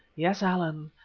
yes, allan.